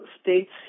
states